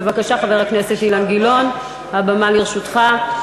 בבקשה, חבר הכנסת אילן גילאון, הבמה לרשותך.